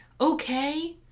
okay